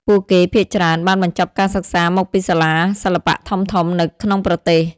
ពួកគេភាគច្រើនបានបញ្ចប់ការសិក្សាមកពីសាលាសិល្បៈធំៗនៅក្នុងប្រទេស។